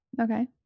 Okay